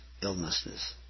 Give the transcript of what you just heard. illnesses